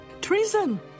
Treason